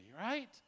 right